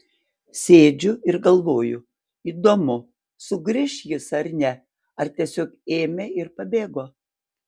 sėdžiu ir galvoju įdomu sugrįš jis ar ne ar tiesiog ėmė ir pabėgo